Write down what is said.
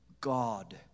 God